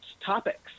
topics